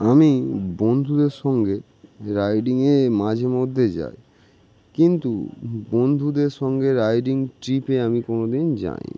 আমি বন্ধুদের সঙ্গে রাইডিংয়ে মাঝে মধ্যে যাই কিন্তু বন্ধুদের সঙ্গে রাইডিং ট্রিপে আমি কোনো দিন যাই নি